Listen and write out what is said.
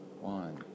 One